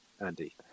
Andy